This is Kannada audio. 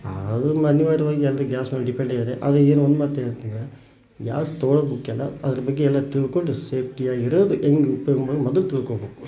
ಅವ್ರ ಮನೆಯವರು ಎಲ್ಲರೂ ಗ್ಯಾಸ್ ಮೇಲೆ ಡಿಪೆಂಡ್ ಆಗ್ಯಾರೆ ಅವರಿಗೆ ಒಂದು ಮಾತು ಹೇಳ್ತೀನಿ ಗ್ಯಾಸ್ ತಗೊಳ್ಳೋದು ಮುಖ್ಯ ಅಲ್ಲ ಅದ್ರ ಬಗ್ಗೆ ಎಲ್ಲ ತಿಳ್ಕೊಂಡು ಸೇಫ್ಟಿ ಆಗಿರೋದು ಇನ್ನೂ ಉತ್ತಮ ಮೊದಲ ತಿಳ್ಕೊಳ್ಬೇಕು